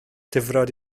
difrod